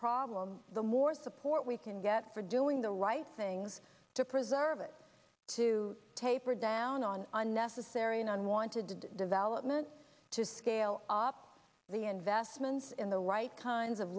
problem the more support we can get for doing the right things to preserve it to taper down on unnecessary unwanted development to scale up the investments in the right kinds of